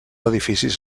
edificis